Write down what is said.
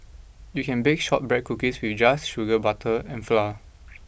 you can bake shortbread cookies with just sugar butter and flour